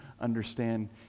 understand